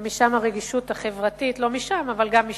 ומשם הרגישות החברתית, לא משם, אבל גם משם.